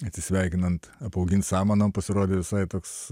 atsisveikinant apaugint samanom pasirodė visai toks